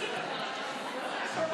שישה נמנעים.